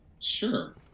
sure